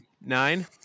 Nine